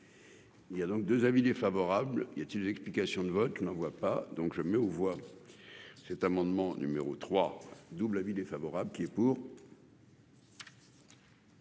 Il y a donc 2 avis défavorables, y a-t-il une explication de vote n'pas donc je mets aux voix. Cet amendement numéro 3 double avis défavorable qui est pour.